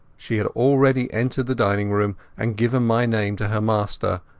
she had already entered the dining-room and given my name to her master,